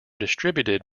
distributed